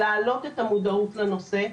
להעלות את המודעות לנושא,